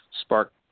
spark